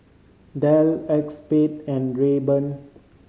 Dell Acexspade and Rayban